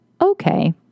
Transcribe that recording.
Okay